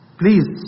please